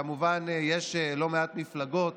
כמובן, יש לא מעט מפלגות